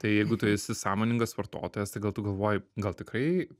tai jeigu tu esi sąmoningas vartotojas tai gal tu galvoji gal tikrai